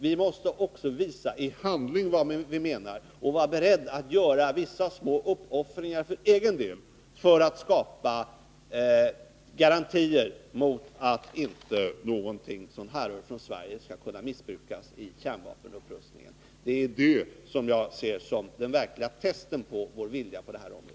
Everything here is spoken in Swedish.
Vi måste också visa i handling vad vi menar och vara beredda att göra vissa små uppoffringar för egen del för att skapa garantier för att inte någonting som härrör från Sverige skall kunna missbrukas i kärnvapenupprustningen. Det är det som jag ser som det verkliga testet på vår vilja på det här området.